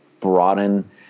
broaden